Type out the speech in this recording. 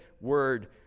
word